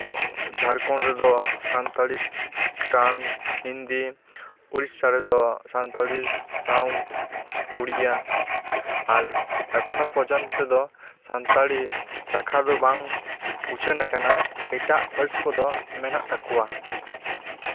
ᱡᱷᱟᱲᱠᱷᱚᱱᱰ ᱨᱮᱫᱚ ᱥᱟᱱᱛᱟᱲᱤ ᱴᱟᱱ ᱦᱤᱱᱫᱤ ᱩᱲᱤᱥᱥᱟ ᱨᱮᱫᱚ ᱥᱟᱱᱛᱟᱲᱤ ᱥᱟᱶ ᱩᱲᱤᱭᱟ ᱟᱨ ᱮᱠᱷᱚᱱᱳ ᱯᱚᱨᱡᱚᱱᱛᱚ ᱫᱚ ᱥᱟᱱᱛᱟᱲᱤ ᱪᱟᱠᱷᱟ ᱫᱚ ᱵᱟᱝ ᱩᱪᱷᱟᱹᱱ ᱟᱠᱟᱱᱟ ᱮᱴᱟᱜ ᱯᱟᱹᱨᱥᱤ ᱠᱚᱫᱚ ᱢᱮᱱᱟᱜ ᱛᱟᱠᱚᱣᱟ